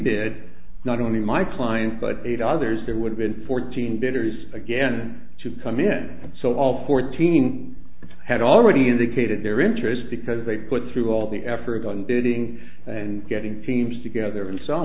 rebid not only my client but eight others there would have been fourteen bidders again to come in and so all fourteen had already indicated their interest because they put through all the effort on bidding and getting teams together and so